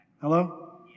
Hello